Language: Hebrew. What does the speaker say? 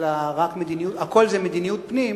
אלא הכול זה מדיניות פנים.